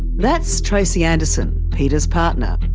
that's tracey anderson, peter's partner.